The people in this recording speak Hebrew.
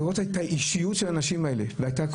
לראות את האישיות של האנשים האלה.